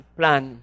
plan